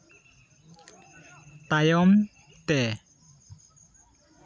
ᱛᱟᱭᱚᱢ ᱛᱮ